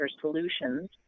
Solutions